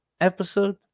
episode